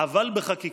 אבל בחקיקה.